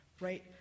right